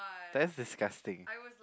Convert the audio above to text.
that's disgusting